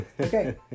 Okay